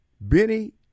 Benny